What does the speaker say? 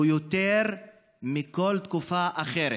הוא יותר מבכל תקופה אחרת.